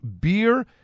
Beer